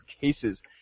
cases